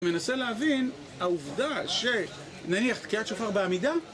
מנסה להבין העובדה שנניח תקיית שופר בעמידה